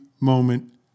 moment